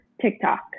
TikTok